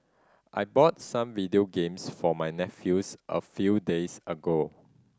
I bought some video games for my nephews a few days ago